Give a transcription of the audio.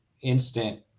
instant